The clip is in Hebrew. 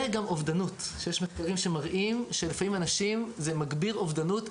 וגם אובדנות יש מחקרים שמראים שלפעמים זה מגביר אובדנות אצל אנשים,